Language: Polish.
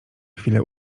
chwile